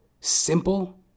Simple